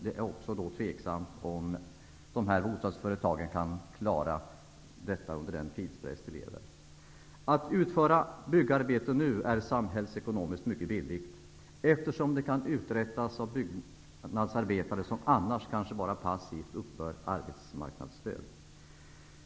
Det är då tveksamt om de här bostadsföretagen kan klara detta med tanke på den tidspress som de lever under. Att utföra byggarbeten nu är samhällsekonomiskt mycket billigt, eftersom dessa kan utföras av byggnadsarbetare som annars kanske bara passivt skulle uppbära arbetsmarknadsstöd.